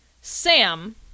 Sam